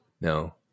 No